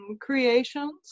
creations